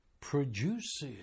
produces